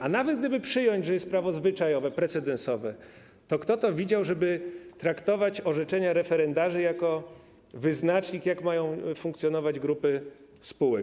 A nawet gdyby przyjąć, że jest prawo zwyczajowe, precedensowe, to kto to widział, żeby traktować orzeczenia referendarzy jako wyznacznik tego, jak mają funkcjonować grupy spółek?